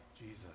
Jesus